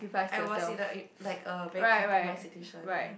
I was in a uh like a very compromised situation ya